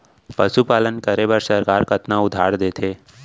पशुपालन करे बर सरकार कतना उधार देथे?